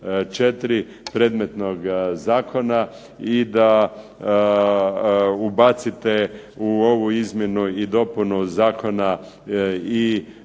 predmetnog zakona i da ubacite u ovu izmjenu i dopunu zakona i